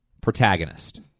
protagonist